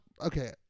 okay